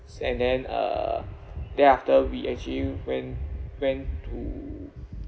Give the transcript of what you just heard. and then uh there after we actually went went to